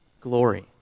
glory